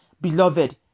Beloved